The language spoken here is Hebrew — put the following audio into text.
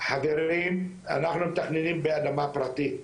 חברים אנחנו מתכננים באדמה פרטית,